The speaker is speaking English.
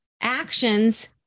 actions